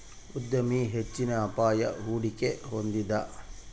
ಉದ್ಯಮಿ ಹೆಚ್ಚಿನ ಅಪಾಯ, ಹೂಡಿಕೆ ಹೊಂದಿದ